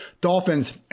Dolphins